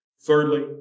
Thirdly